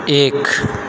एक